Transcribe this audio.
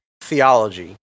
theology